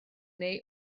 neu